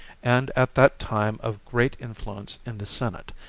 and at that time of great influence in the senate,